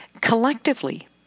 Collectively